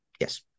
Yes